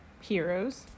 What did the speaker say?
Heroes